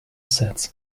sets